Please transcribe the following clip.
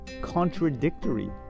contradictory